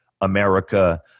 America